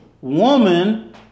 Woman